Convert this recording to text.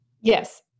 Yes